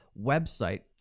website